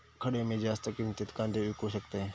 खडे मी जास्त किमतीत कांदे विकू शकतय?